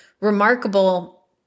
remarkable